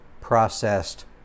processed